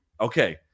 okay